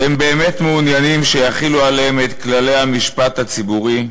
שהם באמת מעוניינים שיחילו עליהם את כללי המשפט הציבורי.